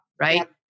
right